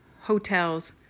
hotels